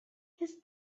his